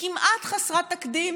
כמעט חסרת תקדים